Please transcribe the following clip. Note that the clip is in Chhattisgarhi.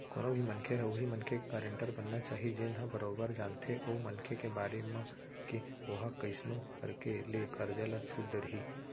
कोनो भी मनखे ह उहीं मनखे के गारेंटर बनना चाही जेन ह बरोबर जानथे ओ मनखे के बारे म के ओहा कइसनो करके ले करजा ल छूट डरही